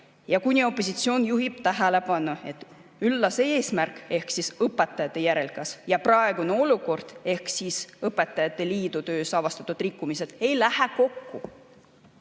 kutsub korrale ja juhib tähelepanu, et üllas eesmärk ehk õpetajate järelkasv ja praegune olukord ehk õpetajate liidu töös avastatud rikkumised ei lähe kokku.